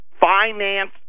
finance